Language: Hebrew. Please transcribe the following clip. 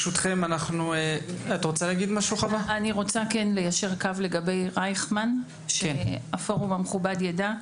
אני רוצה ליישר קו לגבי רייכמן כדי שהפורום המכובד יידע.